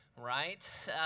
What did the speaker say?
Right